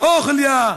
בְּחַיֵי האל,